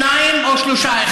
שניים או שלושה,